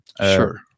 Sure